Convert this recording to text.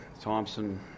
Thompson